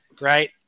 Right